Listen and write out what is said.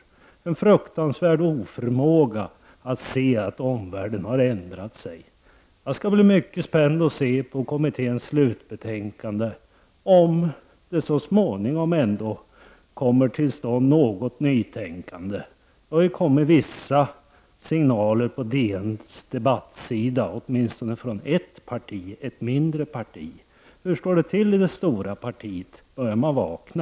Det handlar om en fruktansvärd oförmåga att se att omvärlden har ändrat sig. Jag är mycket spänd inför att se kommitténs slutbetänkande, för att se om det så småningom kommer till stånd något nytänkande. Det har kommit vissa signaler på DNs debattsida, åtminstone från ett parti, ett mindre parti. Hur står det till i det stora partiet? Börjar man vakna?